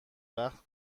وقت